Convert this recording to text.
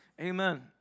Amen